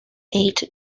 eight